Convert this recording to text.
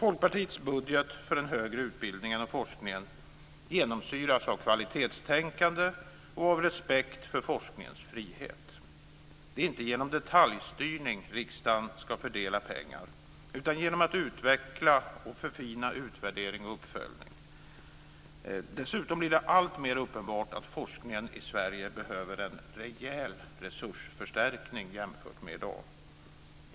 Folkpartiets budget för den högre utbildningen och forskningen genomsyras av kvalitetstänkande och av respekt för forskningens frihet. Det är inte genom detaljstyrning som riksdagen ska fördela pengar utan genom att utveckla och förfina utvärdering och uppföljning. Dessutom blir det alltmer uppenbart att forskningen i Sverige behöver en rejäl resursförstärkning jämfört med i dag.